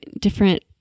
different